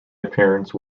appearance